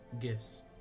gifts